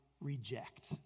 reject